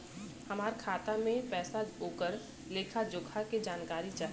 हमार खाता में पैसा ओकर लेखा जोखा के जानकारी चाही?